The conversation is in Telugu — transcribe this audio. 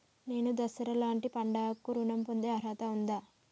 నేను దసరా లాంటి పండుగ కు ఋణం పొందే అర్హత ఉందా?